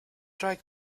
drag